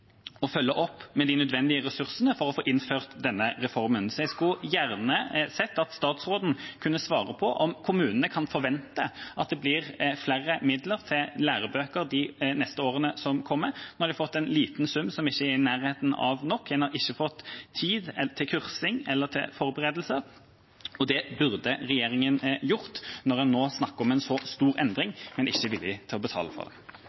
jeg skulle gjerne sett at statsråden kunne svare på om kommunene kan forvente at det blir flere midler til lærebøker de neste årene som kommer. Nå har de fått en liten sum som ikke er i nærheten av nok. Man har ikke fått tid til kursing eller til forberedelser, og det burde regjeringa gjort når man nå snakker om en så stor endring, men ikke er villig til å betale for